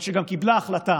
אבל שגם קיבלה החלטה